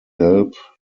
help